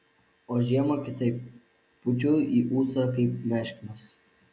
o žiemą kitaip pučiu į ūsą kaip meškinas